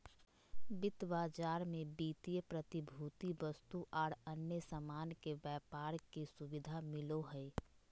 वित्त बाजार मे वित्तीय प्रतिभूति, वस्तु आर अन्य सामान के व्यापार के सुविधा मिलो हय